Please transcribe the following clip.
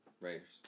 Raiders